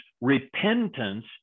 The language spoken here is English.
repentance